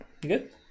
good